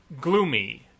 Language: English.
gloomy